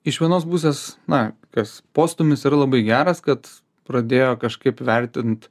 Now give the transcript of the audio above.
iš vienos pusės na kas postūmis yra labai geras kad pradėjo kažkaip vertint